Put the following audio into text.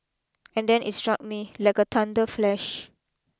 and then it struck me like a thunder flash